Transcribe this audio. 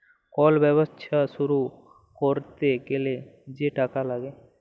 call ব্যবছা শুরু ক্যইরতে গ্যালে যে টাকা ল্যাগে